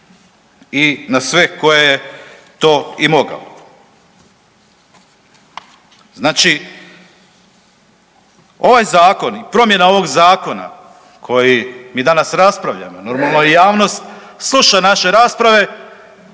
i na sve koje je to i mogao. Znači ovaj Zakon i promjena ovog Zakona koji mi danas raspravljamo, normalno i javnost, sluša naše rasprave